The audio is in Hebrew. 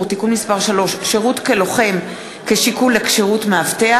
(תיקון מס' 3) (שירות כלוחם כשיקול לכשירות מאבטח),